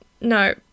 no